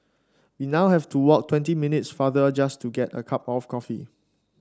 we now have to walk twenty minutes farther just to get a cup of coffee